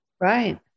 Right